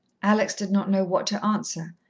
alex did not know what to answer,